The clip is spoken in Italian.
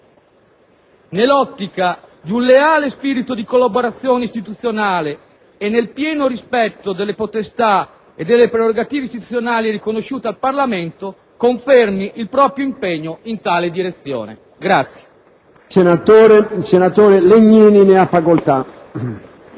nell'ottica di un leale spirito di collaborazione istituzionale e nel pieno rispetto delle potestà e delle prerogative istituzionali riconosciute al Parlamento, confermi il proprio impegno in tale direzione.